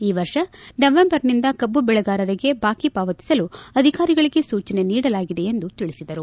ಈ ವರ್ಷ ನವೆಂಬರ್ನಿಂದ ಕಬ್ಬು ಬೆಳೆಗಾರರಿಗೆ ಬಾಕಿ ಪಾವತಿಸಲು ಅಧಿಕಾರಿಗಳಗೆ ಸೂಚನೆ ನೀಡಲಾಗಿದೆ ಎಂದು ತಿಳಿಸಿದರು